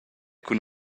cun